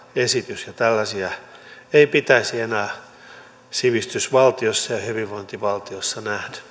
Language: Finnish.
esitys ja tällaisia ei pitäisi enää sivistysvaltiossa ja hyvinvointivaltiossa